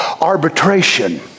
arbitration